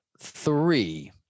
three